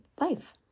life